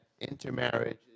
intermarriage